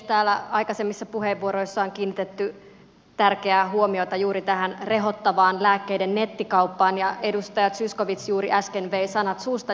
täällä aikaisemmissa puheenvuoroissa on kiinnitetty tärkeää huomiota juuri tähän rehottavaan lääkkeiden nettikauppaan ja edustaja zyskowicz juuri äsken vei sanat suustani